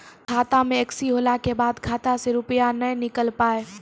खाता मे एकशी होला के बाद खाता से रुपिया ने निकल पाए?